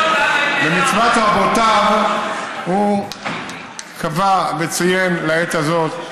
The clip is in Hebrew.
במצוות רבותיו הוא קבע וציין לעת הזאת את ההנחיה.